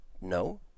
no